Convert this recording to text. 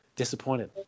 disappointed